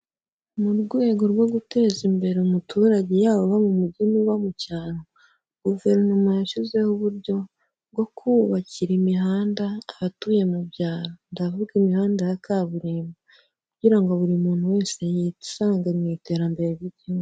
Mu rwego rwo guteza imbere umuturage, yaba uwo mu mujyi, n'uba mu cyaro, guverinoma yashyizeho uburyo bwo kubakira imihanda abatuye mu byaro, ndavuga imihanda ya kaburimbo, kugira ngo buri muntu wese yisange mu iterambere ry'igihugu.